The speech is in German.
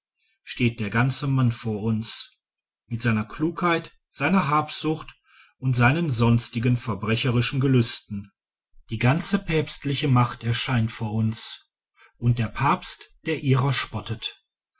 steht der ganze mann vor uns mit seiner klugheit seiner habsucht und seinen sonstigen verbrecherischen gelüsten die ganze päpstliche macht erscheint vor uns und der papst der ihrer spottet